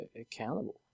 accountable